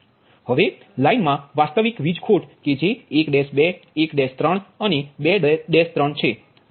હવે લાઇનમાં વાસ્તવિક વીજ ખોટ કે જે 1 2 1 3 અને 2 3 છે